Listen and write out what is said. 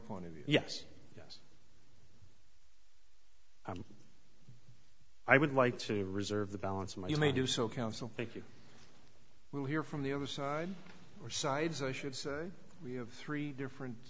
point of view yes i would like to reserve the balance and you may do so counsel think you will hear from the other side or sides i should say we have three different